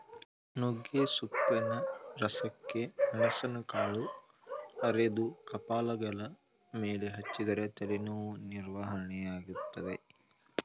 ನುಗ್ಗೆಸೊಪ್ಪಿನ ರಸಕ್ಕೆ ಮೆಣಸುಕಾಳು ಅರೆದು ಕಪಾಲಗಲ ಮೇಲೆ ಹಚ್ಚಿದರೆ ತಲೆನೋವು ನಿವಾರಣೆಯಾಗ್ತದೆ